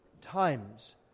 times